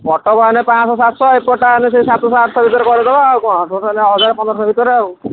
ପାଞ୍ଚ ଶହ ସାତ ଶହ ଏପଟେ ସେହି ସାତ ଶହ ଆଠଶହ ଭିତରେ କରିଦେବା ଆଉ କ'ଣ ହଜାର ପନ୍ଦର ଶହ ଭିତରେ